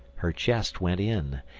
her chest went in,